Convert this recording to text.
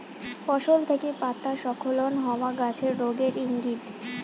ফসল থেকে পাতা স্খলন হওয়া গাছের রোগের ইংগিত